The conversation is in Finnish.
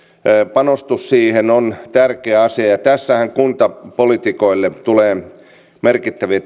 panostus siihen on tärkeä asia tässähän kuntapoliitikoille tulee merkittäviä